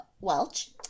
Welch